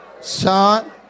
Son